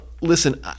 listen